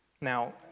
Now